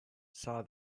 saw